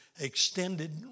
extended